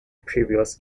previous